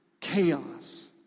chaos